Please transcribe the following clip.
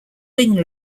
wing